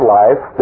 life